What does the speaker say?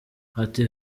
ati